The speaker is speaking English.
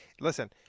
listen